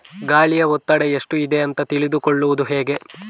ಗಾಳಿಯ ಒತ್ತಡ ಎಷ್ಟು ಇದೆ ಅಂತ ತಿಳಿದುಕೊಳ್ಳುವುದು ಹೇಗೆ?